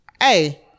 hey